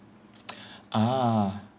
ah